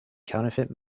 counterfeit